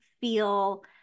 feel